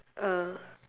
ah